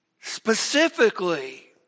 Specifically